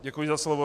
Děkuji za slovo.